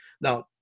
now